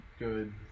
Good